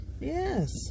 Yes